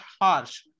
harsh